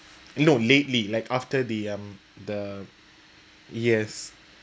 no lately like after the um the yes